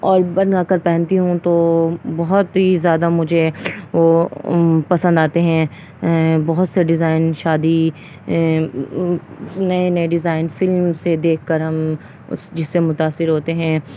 اور بن ل کر پہنتی ہوں تو بہت ہی زیادہ مجھے وہ پسند آتے ہیں بہت سے ڈیزائن شادی نئے نئے ڈیزائن فلم سے دیکھ کر ہم اس جس سے متاثر ہوتے ہیں